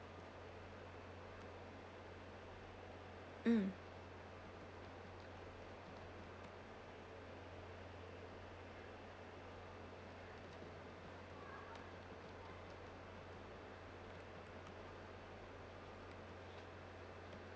mm